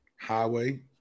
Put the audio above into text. highway